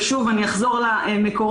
שוב, ברשותך, אחזור למקורות.